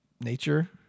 nature